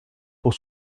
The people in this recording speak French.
pour